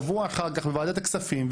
שבוע אחר כך בוועדת הכספים,